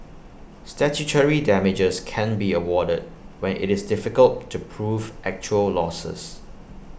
statutory damages can be awarded when IT is difficult to prove actual losses